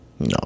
No